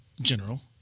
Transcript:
general